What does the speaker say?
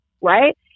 right